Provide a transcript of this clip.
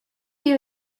bir